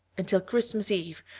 until christmas eve,